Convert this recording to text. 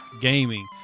gaming